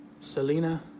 Selena